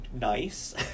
nice